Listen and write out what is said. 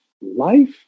life